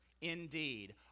indeed